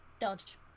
Dodge